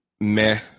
meh